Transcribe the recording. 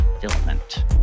filament